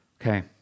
Okay